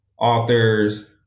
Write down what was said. authors